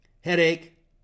headache